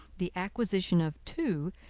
the acquisition of two,